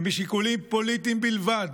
ומשיקולים פוליטיים בלבד,